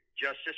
Justice